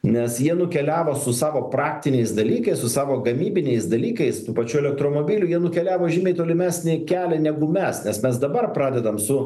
nes jie nukeliavo su savo praktiniais dalykais su savo gamybiniais dalykais tų pačių elektromobilių jie nukeliavo žymiai tolimesnį kelią negu mes nes mes dabar pradedam su